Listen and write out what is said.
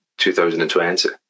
2020